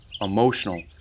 emotional